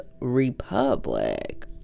Republic